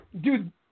Dude